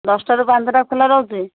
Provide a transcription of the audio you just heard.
ଦଶଟାରୁ ପାଞ୍ଚଟା ଖୋଲା ରହୁଛି